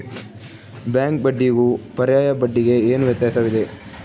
Bank ಬಡ್ಡಿಗೂ ಪರ್ಯಾಯ ಬಡ್ಡಿಗೆ ಏನು ವ್ಯತ್ಯಾಸವಿದೆ?